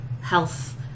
health